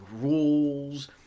rules